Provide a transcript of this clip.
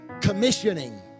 commissioning